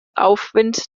aufwind